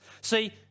See